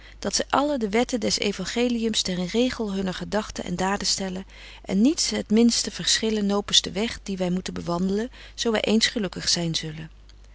dat zy alle de wetten des euangeliums ten regel hunner gedagten en daden stellen en niets het minste verschillen nopens den weg dien wy moeten bewandelen zo wy eens gelukkig zyn zullen